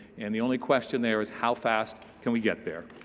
and the only question there is how fast can we get there?